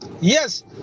Yes